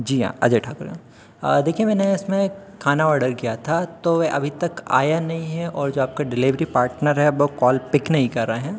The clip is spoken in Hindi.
जी हाँ अजय ठाकुर देखिएगा ना मैं इसमें खाना ऑर्डर किया था तो अभी तक आया नहीं है और जो आपका डिलिवरी पार्टनर है वह कॉल पिक नहीं कर रहा है